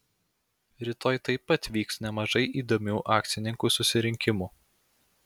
rytoj taip pat vyks nemažai įdomių akcininkų susirinkimų